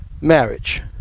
marriage